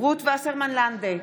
רות וסרמן לנדה,